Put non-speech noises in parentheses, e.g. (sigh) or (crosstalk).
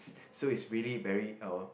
so is really very (noise)